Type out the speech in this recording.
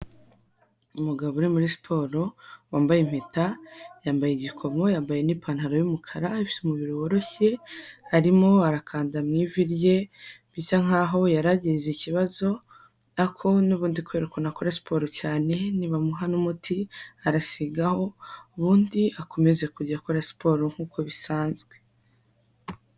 Umugabo uri muri siporo wambaye impeta yambaye igikomo yambaye n'ipantaro y'umukara ifite umubiri woroshye arimo arakanda mu ivi rye bisa nk'aho yari agize ikibazo ariko n'ubundi kubera ukuntu akora siporo cyane nibamuha n'umuti arasigaho ubundi akomeje kujya akora siporo nk'uko bisanzwe.